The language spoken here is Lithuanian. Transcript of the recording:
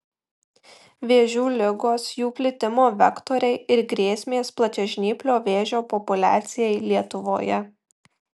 vėžių ligos jų plitimo vektoriai ir grėsmės plačiažnyplio vėžio populiacijai lietuvoje